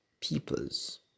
peoples